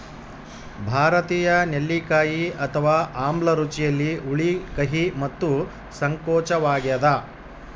ಭಾರತೀಯ ನೆಲ್ಲಿಕಾಯಿ ಅಥವಾ ಆಮ್ಲ ರುಚಿಯಲ್ಲಿ ಹುಳಿ ಕಹಿ ಮತ್ತು ಸಂಕೋಚವಾಗ್ಯದ